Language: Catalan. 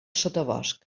sotabosc